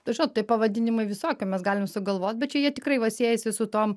žinot tie pavadinimai visokie mes galim sugalvot bet čia jie tikrai va siejasi su tom